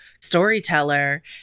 storyteller